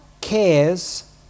cares